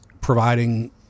providing